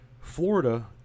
Florida